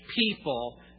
people